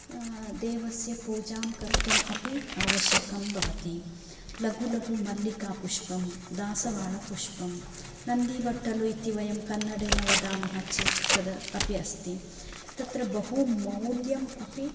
देवस्य पूजां कर्तुम् अपि आवश्यकं भवति लघु लघु मल्लिका पुष्पं दासवाण पुष्पम् नन्दी बट्टलु इति वयं कन्नडेन वदाम चेत् तदपि अस्ति तत्र बहु मौल्यम् अपि